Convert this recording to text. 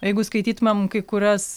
jeigu skaitytumėm kai kurias